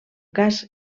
cas